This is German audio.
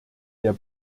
der